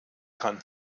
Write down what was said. kann